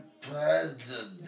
president